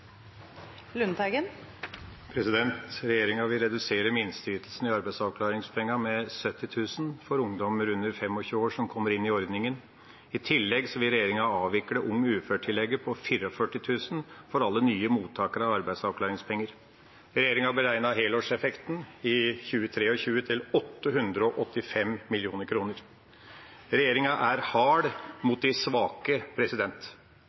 Regjeringa vil redusere minsteytelsen i arbeidsavklaringspengene med 70 000 kr for ungdommer under 25 år som kommer inn i ordningen. I tillegg vil regjeringa avvikle ung ufør-tillegget på 44 000 kr for alle nye mottakere av arbeidsavklaringspenger. Regjeringa har beregnet helårseffekten i 2023 til 885 mill. kr. Regjeringa er hard